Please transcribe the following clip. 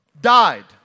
died